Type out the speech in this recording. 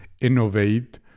innovate